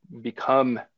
become